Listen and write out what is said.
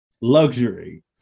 luxury